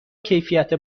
کیفیت